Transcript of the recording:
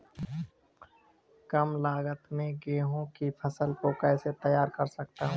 मैं कम लागत में गेहूँ की फसल को कैसे तैयार कर सकता हूँ?